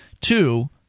Two